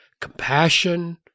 compassion